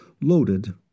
loaded